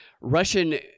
Russian